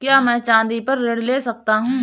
क्या मैं चाँदी पर ऋण ले सकता हूँ?